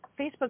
facebook